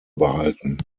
behalten